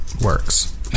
works